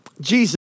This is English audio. Jesus